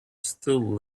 still